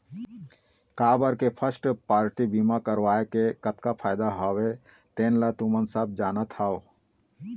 काबर के first party बीमा करवाय के कतका फायदा हवय तेन ल तुमन सब जानत हव